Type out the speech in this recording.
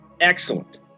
Excellent